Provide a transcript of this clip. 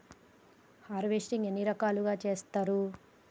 Harvesting ఎన్ని రకాలుగా చేస్తరు?